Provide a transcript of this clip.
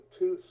two